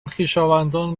خویشاوندان